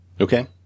Okay